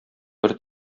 бер